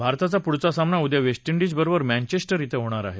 भारताचा पुढचा सामना उद्या वेस्ट डिजबरोबर मँचेस्टर थिं होणार आहे